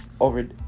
over